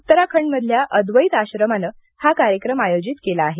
उत्तराखंडमधल्या अद्वैत आश्रमाने हा कार्यक्रम आयोजित केला आहे